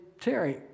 Terry